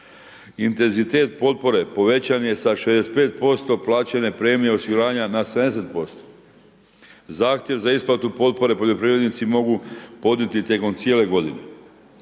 Intenzitet potpore povećan je sa 65% plaćanja premije osiguranja na 70%. Zahtjev za isplatu potpore poljoprivrednici mogu podnijeti tijekom cijele godine.